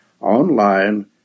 online